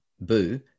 Boo